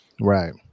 right